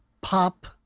pop